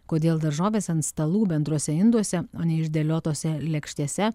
kodėl daržovės ant stalų bendruose induose o ne išdėliotose lėkštėse